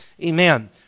Amen